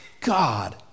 God